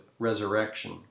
resurrection